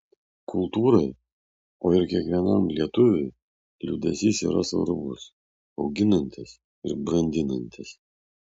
kultūrai o ir kiekvienam lietuviui liūdesys yra svarbus auginantis ir brandinantis